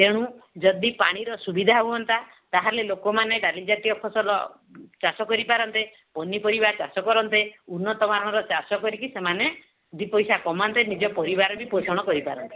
ତେଣୁ ଯଦି ପାଣିର ସୁବିଧା ହୁଅନ୍ତା ତାହେଲେ ଲୋକମାନେ ଡାଲି ଜାତୀୟ ଫସଲ ଚାଷ କରିପାରନ୍ତେ ପନିପରିବା ଚାଷ କରନ୍ତେ ଉନ୍ନତ ମାନର ଚାଷ କରିକି ସେମାନେ ଦୁଇ ପଇସା କମାନ୍ତେ ନିଜ ପରିବାର ବି ପୋଷଣ କରିପାରନ୍ତେ